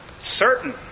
Certain